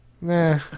Nah